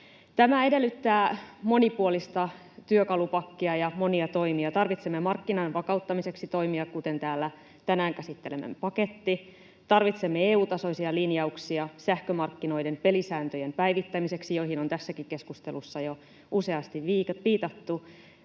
Tämä edellyttää monipuolista työkalupakkia ja monia toimia. Tarvitsemme markkinan vakauttamiseksi toimia, kuten täällä tänään käsittelemämme paketti. Tarvitsemme EU-tasoisia linjauksia sähkömarkkinoiden pelisääntöjen päivittämiseksi. Niihin on tässäkin keskustelussa jo useasti viitattu.